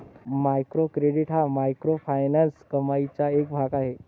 micro credit हा microfinance कमाईचा एक भाग आहे